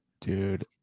dude